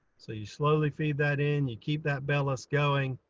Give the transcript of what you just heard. so you slowly feed that in you keep that bellows going.